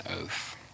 oath